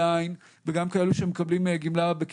גם כאלה שמקבלים גמלה בעין וגם כאלה שמקבלים